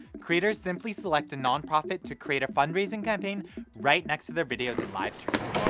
creators simply select a nonprofit to create a fundraising campaign right next to their videos and live streams.